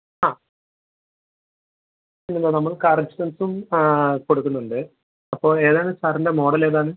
അ ഇല്ലില്ല നമ്മൾ കറക്ഷൻസ്സും കൊടുക്കുന്നൊണ്ട് അപ്പോൾ ഏതാണ് സാറിൻ്റെ മോഡലേതാണ്